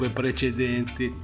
precedenti